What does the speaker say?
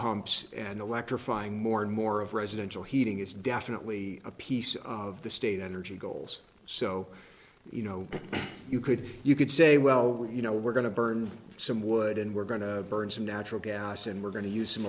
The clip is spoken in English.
pumps and electrifying more and more of residential heating is definitely a piece of the state energy goals so you know you could you could say well you know we're going to burn some wood and we're going to burn some natural gas and we're going to use